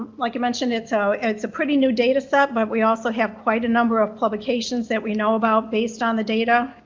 like i mentioned, it's so it's a pretty new data set, but we also have quite a number of publications that we know about based on the data,